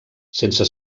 sense